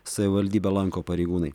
savivaldybę lanko pareigūnai